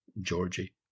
Georgie